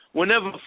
whenever